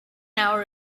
hour